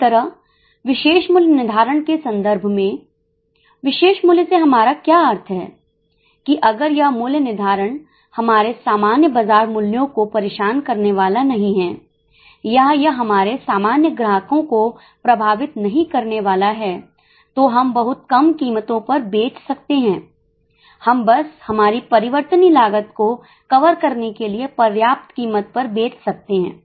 इसी तरह विशेष मूल्य निर्धारण के संदर्भ में विशेष मूल्य से हमारा क्या अर्थ है कि अगर यह मूल्य निर्धारण हमारे सामान्य बाजार मूल्यों को परेशान करने वाला नहीं है या यह हमारे सामान्य ग्राहकों को प्रभावित नहीं करने वाला है तो हम बहुत कम कीमतों पर बेच सकते हैं हम बस हमारी परिवर्तनीय लागत को कवर करने के लिए पर्याप्त कीमत पर बेच सकते हैं